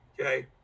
okay